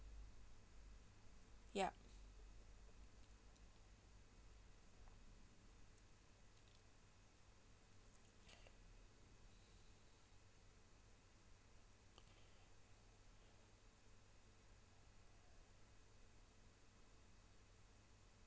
yup